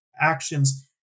actions